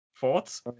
Thoughts